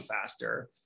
faster